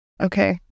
Okay